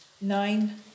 Nine